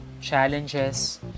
challenges